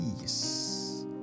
peace